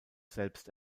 selbst